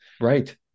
right